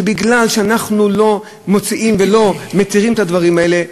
ומכיוון שאנחנו לא מוציאים ולא מתירים את הדברים האלה,